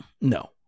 No